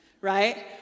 right